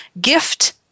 gift